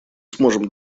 сможем